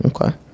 okay